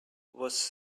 was